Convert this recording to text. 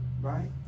Right